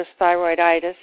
thyroiditis